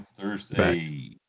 Thursday